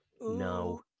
no